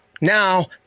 now